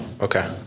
Okay